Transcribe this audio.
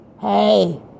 hey